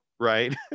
Right